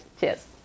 Cheers